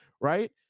right